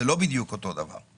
זה לא בדיוק אותו דבר.